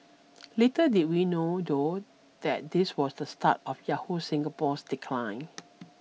little did we know though that this was the start of Yahoo Singapore's decline